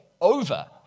over